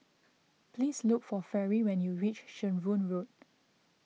please look for Fairy when you reach Shenvood Road